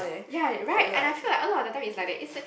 ya right and I feel like a lot the time it's like that it's like